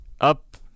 up